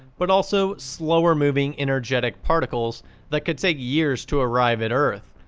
but also slower moving energetic particles that could take years to arrive at earth.